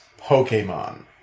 Pokemon